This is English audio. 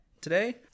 today